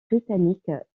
britanniques